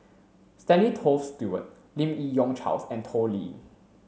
Stanley Toft Stewart Lim Yi Yong Charles and Toh Liying